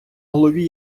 голові